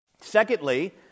Secondly